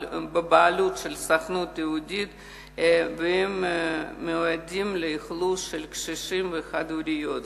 בבעלות הסוכנות היהודית והן מיועדות לקשישים וחד-הוריות.